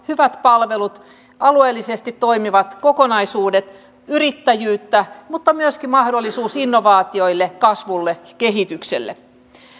hyvät palvelut alueellisesti toimivat kokonaisuudet yrittäjyyttä mutta myöskin mahdollisuus innovaatioille kasvulle kehitykselle